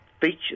features